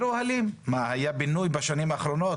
מה, היה בינוי בשנים האחרונות?